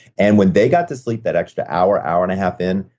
and when they got to sleep that extra hour, hour and a half in,